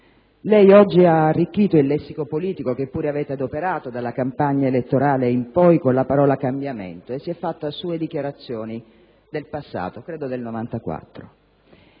Lei oggi ha arricchito il lessico politico, che pure avete adoperato dalla campagna elettorale in poi, con la parola «cambiamento» e si è rifatto a sue dichiarazioni del passato, credo del 1994.